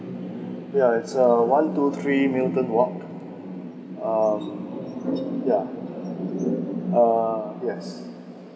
yeah it's uh one two three newton walk uh yeah uh yes